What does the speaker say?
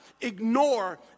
ignore